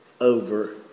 over